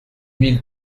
mille